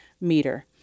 meter